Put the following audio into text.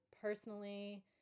personally